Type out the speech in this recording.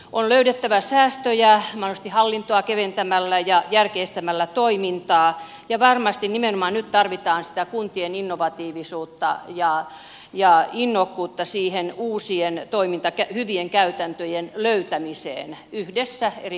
on löydettävä säästöjä mahdollisesti hallintoa keventämällä ja järkeistämällä toimintaa ja varmasti nimenomaan nyt tarvitaan sitä kuntien innovatiivisuutta ja innokkuutta uusien hyvien käytäntöjen löytämiseen yhdessä eri kuntien kanssa